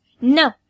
No